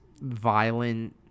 violent